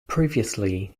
previously